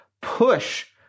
Push